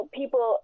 people